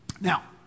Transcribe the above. Now